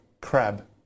crab